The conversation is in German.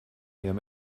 ihrem